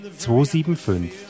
275